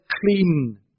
clean